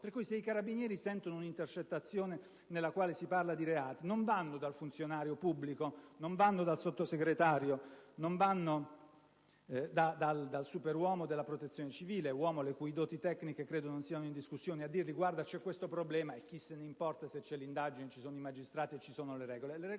per cui se i carabinieri ascoltano una intercettazione nella quale si parla di reati non vanno dal funzionario pubblico o dal Sottosegretario o dal "superuomo" della Protezione civile - uomo le cui doti tecniche credo non siano in discussione - a dirgli che c'è un certo problema, e chi se ne importa se c'è l'indagine, se ci sono i magistrati e se ci sono le regole.